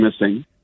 missing